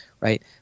right